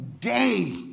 day